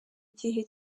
igihe